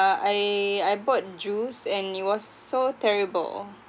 I I bought juice and it was so terrible